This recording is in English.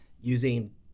using